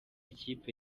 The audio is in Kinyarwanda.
ikipe